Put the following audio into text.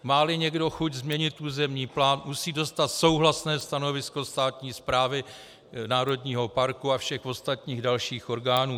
Máli někdo chuť změnit územní plán, musí dostat souhlasné stanovisko státní Správy Národního parku a všech ostatních dalších orgánů.